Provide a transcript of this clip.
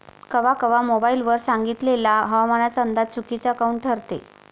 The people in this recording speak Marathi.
कवा कवा मोबाईल वर सांगितलेला हवामानाचा अंदाज चुकीचा काऊन ठरते?